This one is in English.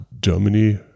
Germany